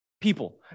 People